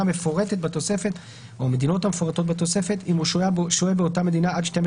המפורטות בתוספת אם הוא שוהה באותה מדינה עד 12